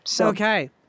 okay